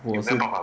我是